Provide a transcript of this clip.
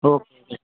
okay